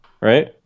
Right